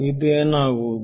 ಇದು ಏನು ಆಗುವುದು